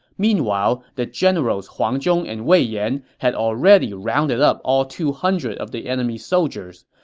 meanwhile, the generals huang zhong and wei yan had already rounded up all two hundred of the enemy soldiers.